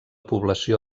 població